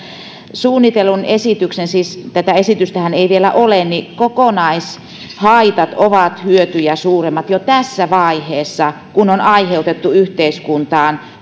suunnitellun esityksen tätä esitystähän ei vielä ole kokonaishaitat ovat hyötyjä suuremmat jo tässä vaiheessa kun on aiheutettu yhteiskuntaan